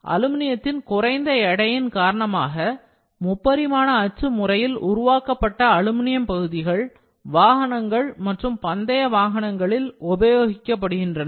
அலுமினியத்தின் குறைந்த எடையின் காரணமாக முப்பரிமான அச்சு முறையில் உருவாக்கப்பட்ட அலுமினியம் பகுதிகள் வாகனங்கள் மற்றும் பந்தய வாகனங்களில் உபயோகிக்கப்படுகின்றன